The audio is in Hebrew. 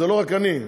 זה לא רק אני,